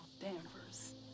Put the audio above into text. Danvers